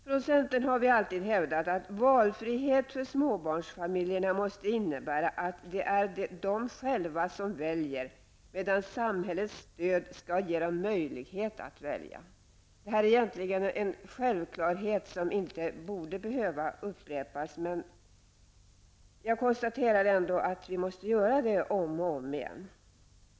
Från centern har vi alltid hävdat att valfrihet för småbarnsföräldrarna måste innebära att det är de själva som väljer, medan samhällets stöd skall ge dem möjlighet att välja. Det är egentligen en självklarhet som inte borde behöva upprepas, men jag konstaterar ändå att vi måste göra det om och om igen.